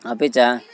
अपि च